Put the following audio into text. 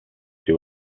she